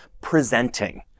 presenting